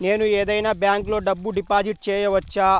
నేను ఏదైనా బ్యాంక్లో డబ్బు డిపాజిట్ చేయవచ్చా?